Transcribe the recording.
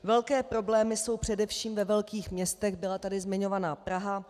Velké problémy jsou především ve velkých městech, byla tady zmiňována Praha.